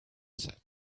said